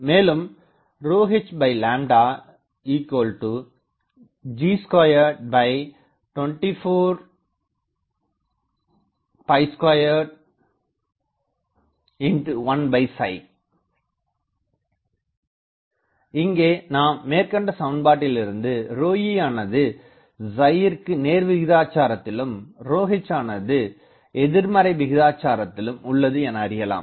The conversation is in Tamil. மேலும் hG22421 இங்கே நாம் மேற்கொண்ட சமன்பாட்டிலிருந்து ρe ஆனது ற்கு நேர்விகிதாச்சாரத்திலும் ρh ஆனது எதிர்மறை விகிதாச்சாரத்திலும் உள்ளது என அறியலாம்